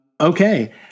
Okay